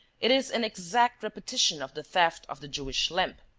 it is an exact repetition of the theft of the jewish lamp.